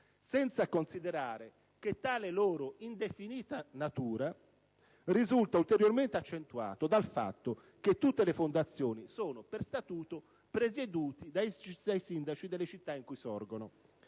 Senza considerare che tale loro indefinita natura risulta ulteriormente accentuata dal fatto che tutte le fondazioni sono, per statuto, presiedute dai sindaci delle città in cui sorgono,